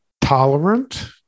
tolerant